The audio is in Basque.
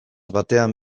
batean